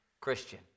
Christian